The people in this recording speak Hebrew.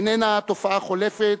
איננה תופעה חולפת,